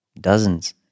Dozens